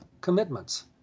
commitments